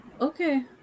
Okay